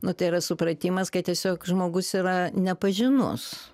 nu tai yra supratimas kad tiesiog žmogus yra nepažinus